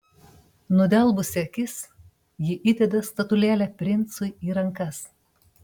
nudelbusi akis ji įdeda statulėlę princui į rankas